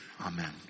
Amen